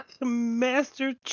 Master